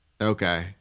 Okay